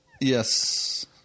Yes